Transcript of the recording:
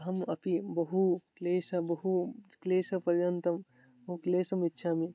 अहम् अपि बहु क्लेशं बहु क्लेशपर्यन्तं बहु क्लेशम् इच्छामि